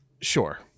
sure